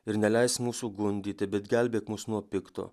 ir neleisk mūsų gundyti bet gelbėk mus nuo pikto